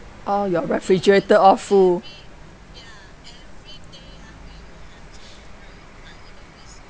all your refrigerator all full